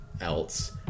else